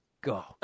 Go